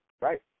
right